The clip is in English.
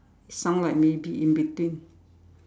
sound like maybe in between